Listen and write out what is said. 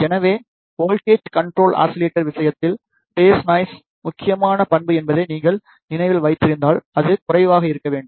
எனவே voltage control oscillator விஷயத்தில் phase noise முக்கியமான பண்பு என்பதை நீங்கள் நினைவில் வைத்திருந்தால் அது குறைவாக இருக்க வேண்டும்